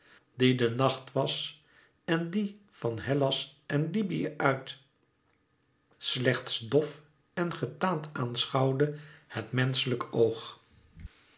die de nacht was en die van hellas en libyë uit slechts dof en getaand aanschouwde het menschelijk oog